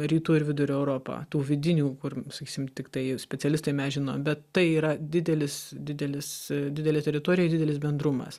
rytų ir vidurio europa tų vidinių kur sakysim tiktai specialistai mes žinom bet tai yra didelis didelis didelė teritorija ir didelis bendrumas